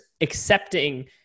accepting